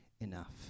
enough